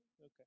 Okay